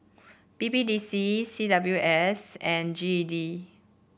B B D C C W S and G E D